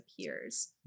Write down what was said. appears